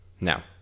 Now